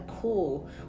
cool